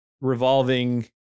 revolving